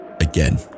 again